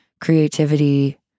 creativity